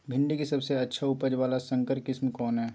भिंडी के सबसे अच्छा उपज वाला संकर किस्म कौन है?